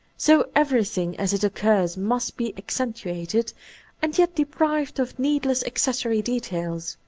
so everything as it occurs must be accentuated and yet deprived of needless accessory details